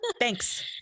Thanks